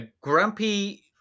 grumpy